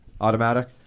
Automatic